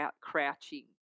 crouching